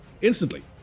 instantly